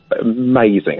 amazing